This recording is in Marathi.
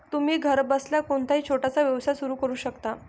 तुम्ही घरबसल्या कोणताही छोटासा व्यवसाय सुरू करू शकता